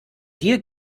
dir